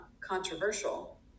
controversial